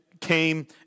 came